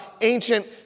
ancient